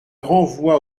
renvoi